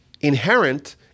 inherent